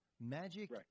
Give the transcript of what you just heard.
magic